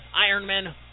Ironman